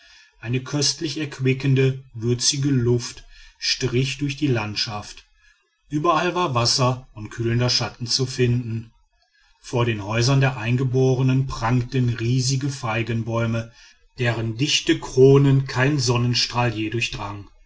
eine köstlich erquickende würzige luft strich durch die landschaft überall war wasser und kühlender schatten zu finden vor den häusern der eingeborenen prangten riesige feigenbäume deren dichte kronen kein sonnenstrahl je durchdrang